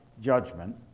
judgment